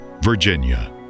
Virginia